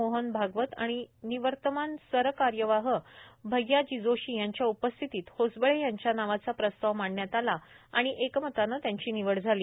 मोहन भागवत आणि निवर्तमान सरकार्यवाह भय्याजी जोशी यांच्या उपस्थितीत होसबळे यांच्या नावाचा प्रस्ताव मांडण्यात आला आणि एकमताने त्यांची निवड झाली